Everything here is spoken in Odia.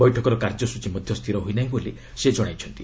ବୈଠକର କାର୍ଯ୍ୟସ୍ଚୀ ମଧ୍ୟ ସ୍ଥିର ହୋଇନାହିଁ ବୋଲି ସେ କହିଛନ୍ତି